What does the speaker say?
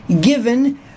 given